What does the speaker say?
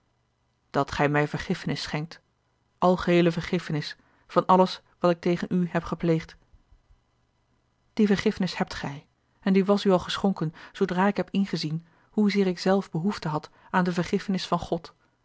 dat gij mij vergiffenis schenkt algeheele vergiffenis van alles wat ik tegen u heb gepleegd die vergiffenis hebt gij en die was u al geschonken zoodra ik heb ingezien hoezeer ik zelf behoefte had aan de vergiffenis van god